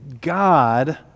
God